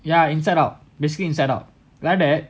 ya inside out bascially inside out like that